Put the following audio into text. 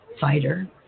fighter